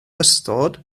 ystod